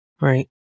right